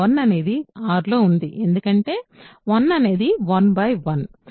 1అనేది R లో ఉంది ఎందుకంటే 1అనేది 1 1